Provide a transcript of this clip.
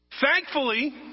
Thankfully